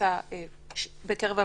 כקבוצה בקרב המתנדבות.